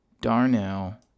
Darnell